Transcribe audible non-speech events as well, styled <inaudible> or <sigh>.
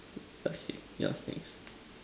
<noise> okay you ask next